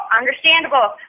understandable